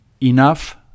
enough